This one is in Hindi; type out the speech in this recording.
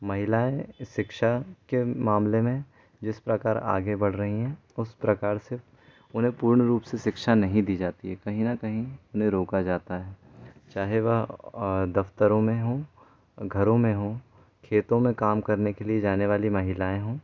महिलाएँ शिक्षा के मामले में जिस प्रकार आगे बढ़ रहीं हैं उस प्रकार से उन्हें पूर्ण रूप से शिक्षा नहीं दी जाती है कहीं ना कहीं उन्हें रोका जाता है चाहे वह दफ्तरों में हों घरों में हो खेतों में काम करने के लिए जाने वाली महिलाएँ हों